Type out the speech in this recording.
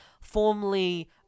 formerly